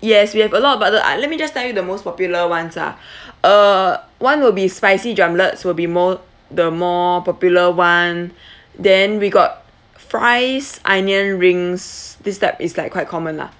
yes we have a lot of other uh let me just tell you the most popular ones ah uh one will be spicy drumlets will be more the more popular one then we got fries onion rings these type is like quite common lah